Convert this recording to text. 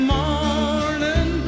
morning